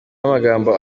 amagambo